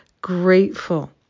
grateful